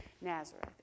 Nazareth